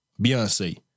Beyonce